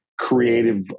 creative